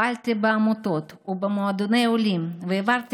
פעלתי בעמותות ובמועדוני עולים והעברתי